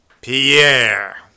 Pierre